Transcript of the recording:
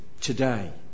today